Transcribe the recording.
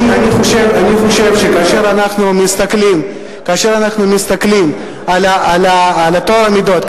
אני חושב שכאשר אנחנו מסתכלים על טוהר המידות,